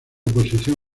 oposición